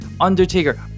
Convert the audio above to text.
undertaker